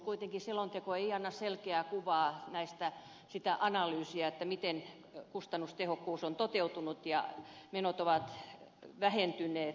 kuitenkaan selonteko ei anna selkeää kuvaa näistä sitä analyysiä miten kustannustehokkuus on toteutunut ja menot ovat vähentyneet